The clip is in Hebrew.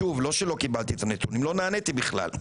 לא שלא קיבלתי את הנתונים לא נעניתי בכלל.